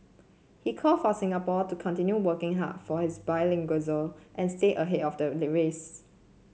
he call for Singapore to continue working hard for its bilingualism and stay ahead of the race